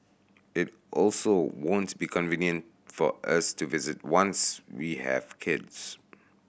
it also won't be convenient for us to visit once we have kids